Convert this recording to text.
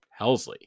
Helsley